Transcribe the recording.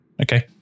okay